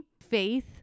faith